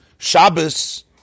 Shabbos